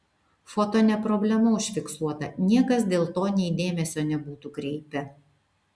foto ne problema užfiksuota niekas dėl to nei dėmesio nebūtų kreipę